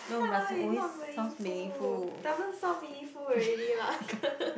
not meaningful doesn't sound meaningful already lah